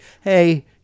hey